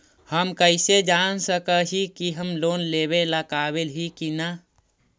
हम कईसे जान सक ही की हम लोन लेवेला काबिल ही की ना?